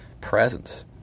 presence